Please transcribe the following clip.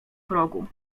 progu